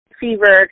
fever